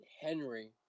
Henry